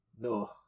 No